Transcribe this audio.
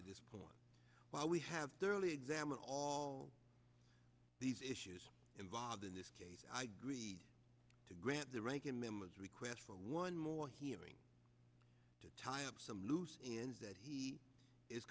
to this point while we have thoroughly examined all these issues involved in this case i greed to grant the ranking members requests for one more hearing to tie up some loose ends that he is